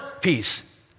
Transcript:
peace